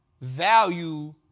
Value